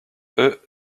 eux